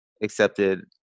accepted